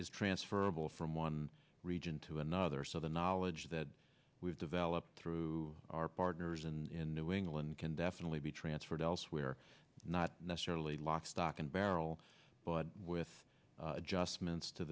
is transferable from one region to another so the knowledge that we've developed through our partners in new england can definitely be transferred elsewhere not necessarily lock stock and barrel but with adjustments to